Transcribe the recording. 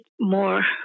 more